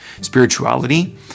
spirituality